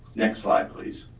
next slide, please.